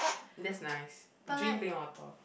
that's nice drink plain water